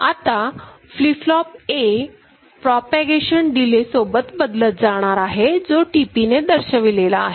आता flip flop A propagation delay सोबत बदलत राहणार आहे जो tp ने दर्शविलेला आहे